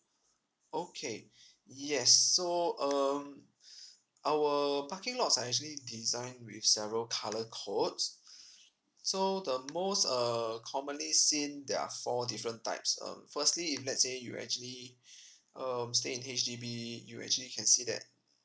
okay yes so um our parking lots are actually designed with several colour codes so the most err commonly seen there are four different types um firstly if let's say you actually um stay in H_D_B you actually can see that